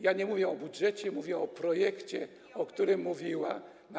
Ja nie mówię o budżecie, mówię o projekcie, o którym była mowa.